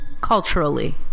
Culturally